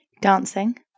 Dancing